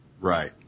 Right